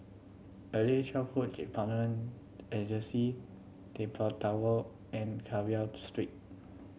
Early Childhood Development Agency Keppel Tower and Carver Street